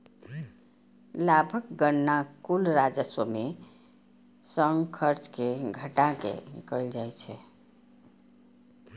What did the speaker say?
लाभक गणना कुल राजस्व मे सं खर्च कें घटा कें कैल जाइ छै